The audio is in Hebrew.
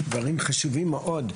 דברים חשובים מאוד.